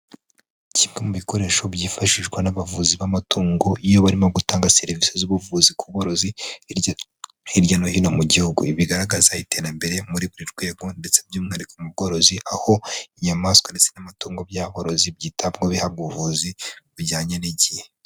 Kimwe mu bikoresho byifashishwa n'abavuzi b'amatungo iyo barimo gutanga serivisi z'ubuvuzi ku bworozi hirya no hino mu gihugu. Ibi bigaragaza iterambere muri buri rwego ndetse by'umwihariko mu bworozi, aho inyamaswa ndetse n'amatungo by'aborozi byitabwaho bihabwa ubuvuzi bujyanye n'igihe.